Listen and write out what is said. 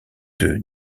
deux